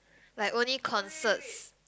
like only concerts